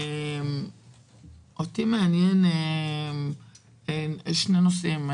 אותי מעניינים שני נושאים: